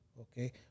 Okay